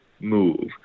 move